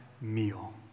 meal